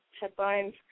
headlines